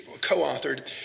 co-authored